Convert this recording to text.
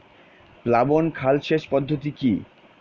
প্লাবন খাল সেচ পদ্ধতি কি?